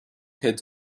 had